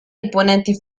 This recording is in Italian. imponenti